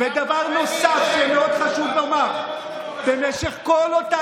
ודבר נוסף שמאוד חשוב לומר: במשך כל אותה